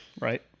right